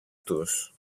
τους